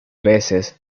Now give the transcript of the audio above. veces